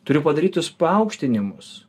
turiu padarytus paaukštinimus